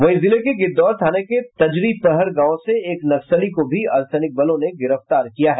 वहीं जिले के गिद्वौर थाने के तजरिपहड़ गांव से एक नक्सली को भी अर्द्वसैनिक बल ने गिरफ्तार किया है